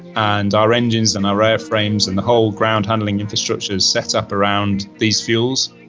and our engines and our airframes and the whole ground handling infrastructure is set up around these fuels.